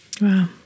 Wow